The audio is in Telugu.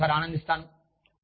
మరియు నేను ఒకసారి ఆనందిస్తాను